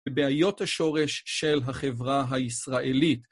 ובעיות השורש של החברה הישראלית.